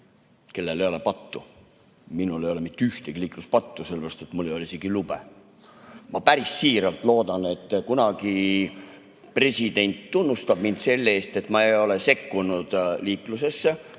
kellel ei ole pattu. Minul ei ole ühtegi liikluspattu, sellepärast et mul ei ole isegi lube. Ma päris siiralt loodan, et kunagi president tunnustab mind selle eest, et ma ei ole sekkunud liiklusesse,